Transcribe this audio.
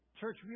Church